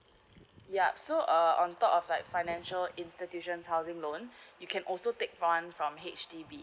yup so uh on top of like financial institution's housing loan you can also take fund from H_D_B